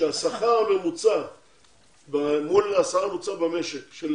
שהשכר הממוצע מול השכר הממוצע במשק של